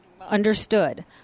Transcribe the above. Understood